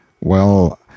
Well